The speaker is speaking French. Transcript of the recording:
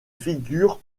figure